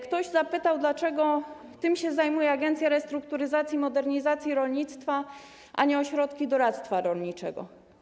Ktoś zapytał, dlaczego zajmuje się tym Agencja Restrukturyzacji i Modernizacji Rolnictwa, a nie ośrodki doradztwa rolniczego.